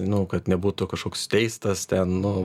nu kad nebūtų kažkoks teistas ten nu